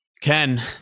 Ken